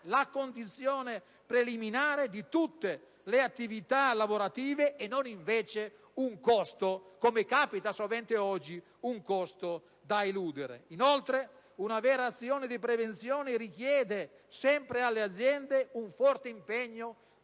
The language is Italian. la condizione preliminare di tutte le attività lavorative e non invece un costo da eludere, come capita sovente oggi. Inoltre, una vera azione di prevenzione richiede, ancora alle aziende, un forte impegno